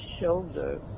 shoulder